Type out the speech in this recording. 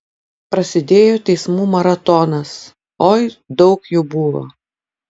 prasidėjo teismų maratonas oi daug jų buvo